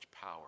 power